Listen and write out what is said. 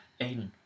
Aiden